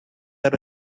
are